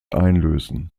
einlösen